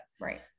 Right